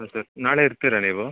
ಹಾಂ ಸರ್ ನಾಳೆ ಇರ್ತೀರಾ ನೀವು